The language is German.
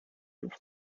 luft